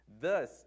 Thus